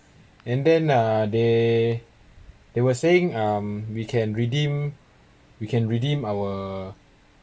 and then uh they they were saying um we can redeem we can redeem our